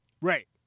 Right